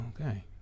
Okay